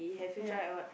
ya